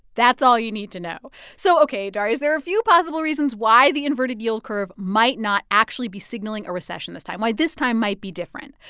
that's all you need to know so, ok, darius, there are a few possible reasons why the inverted yield curve might not actually be a and recession this time, why this time might be different.